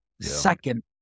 second